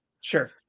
Sure